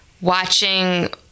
Watching